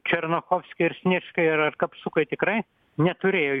černochovskai ir sniečkai ir ar kapsukai tikrai neturėjo